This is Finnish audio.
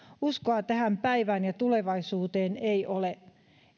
uskoa tähän päivään ja tulevaisuuteen ei ole